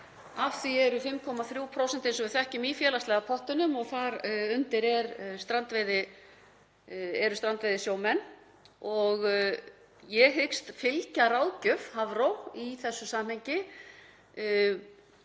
Af því eru 5,3%, eins og við þekkjum, í félagslega pottinum og þar undir eru strandveiðisjómenn og ég hyggst fylgja ráðgjöf Hafró í þessu samhengi.